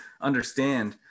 understand